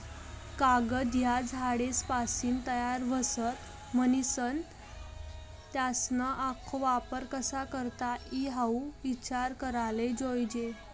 कागद ह्या झाडेसपाशीन तयार व्हतस, म्हनीसन त्यासना आखो वापर कशा करता ई हाऊ ईचार कराले जोयजे